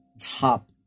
top